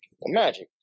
magic